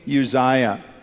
Uzziah